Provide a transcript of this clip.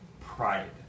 pride